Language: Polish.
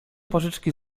pożyczki